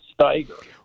Steiger